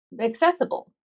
accessible